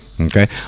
okay